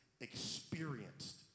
experienced